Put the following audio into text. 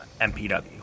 MPW